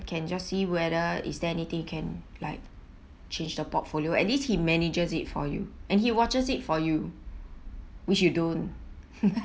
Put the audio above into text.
ya then at the same time can just see whether is there anything you can like change the portfolio at least he manages it for you and he watches it for you which you don't